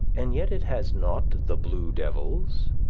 and yet it has not the blue devils,